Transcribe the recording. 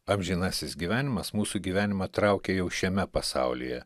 amžinasis gyvenimas mūsų gyvenimą traukia jau šiame pasaulyje